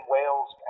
Wales